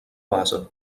base